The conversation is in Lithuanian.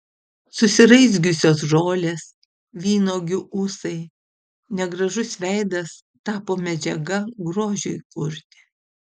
susiraizgiusios žolės vynuogių ūsai negražus veidas tapo medžiaga grožiui kurti